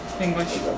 English